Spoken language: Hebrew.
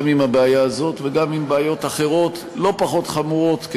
עם הבעיה הזאת וגם עם בעיות אחרות לא פחות חמורות,